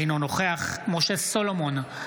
אינו נוכח משה סולומון,